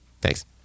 Thanks